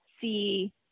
see